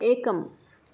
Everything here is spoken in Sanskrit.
एकम्